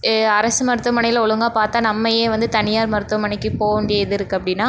அரசு மருத்துவமனையில் ஒழுங்காக பார்த்தா நம்ப ஏன் வந்து தனியார் மருத்துவமனைக்கு போக வேண்டியது இருக்கு அப்படின்னா